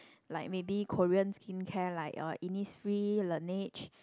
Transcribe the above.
like maybe Korean skincare like uh Innisfree Laneige